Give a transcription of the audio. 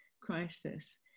crisis